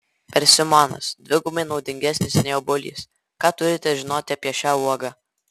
persimonas dvigubai naudingesnis nei obuolys ką turite žinoti apie šią uogą